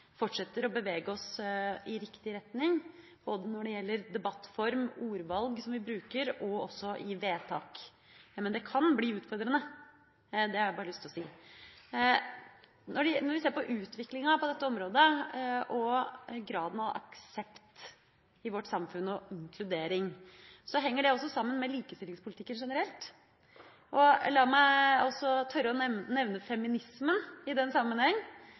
fortsetter å bevege oss i riktig retning når det gjelder både debattform, ord som vi bruker, og også i vedtak. Jeg mener det kan bli utfordrende, det har jeg lyst til å si. Når vi ser på utviklinga på dette området, graden av aksept i vårt samfunn og inkludering, henger det også sammen med likestillingspolitikken generelt. La meg også tørre å nevne feminisme i den sammenheng,